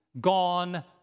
gone